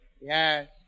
Yes